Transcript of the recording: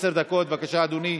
עשר דקות, בבקשה, אדוני.